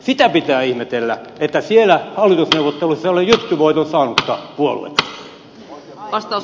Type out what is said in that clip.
sitä pitää ihmetellä että siellä hallitusneuvotteluissa ei ole jytkyvoiton saanutta puoluetta